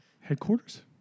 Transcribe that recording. headquarters